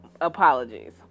apologies